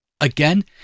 Again